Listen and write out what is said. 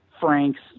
Frank's